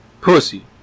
Pussy